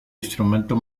instrumento